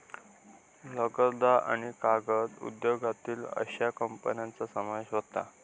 लगदा आणि कागद उद्योगातील अश्या कंपन्यांचा समावेश होता